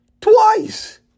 twice